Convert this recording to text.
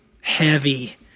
heavy